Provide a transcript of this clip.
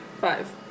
Five